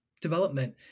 development